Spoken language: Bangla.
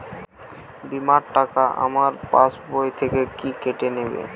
বিমার টাকা আমার পাশ বই থেকে কি কেটে নেবে?